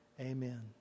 Amen